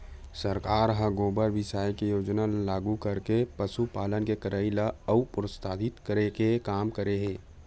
सरकार ह गोबर बिसाये के योजना ल लागू करके पसुपालन के करई ल अउ प्रोत्साहित करे के काम करे हे